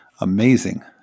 amazing